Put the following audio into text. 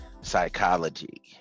psychology